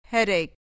Headache